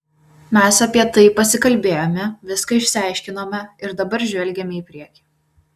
mes apie tai pasikalbėjome viską išsiaiškinome ir dabar žvelgiame į priekį